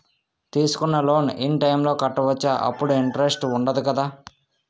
తీసుకున్న loan in time లో కట్టవచ్చ? అప్పుడు ఇంటరెస్ట్ వుందదు కదా?